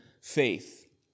faith